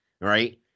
Right